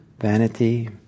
vanity